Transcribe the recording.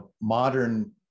modern